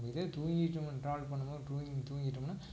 இதே தூங்கிவிட்டோம் நம்ம ட்ராவல் பண்ணும் போது தூங்கி தூங்கிட்டோம்னால்